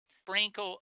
sprinkle